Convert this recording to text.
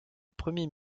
premier